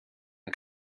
and